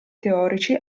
teorici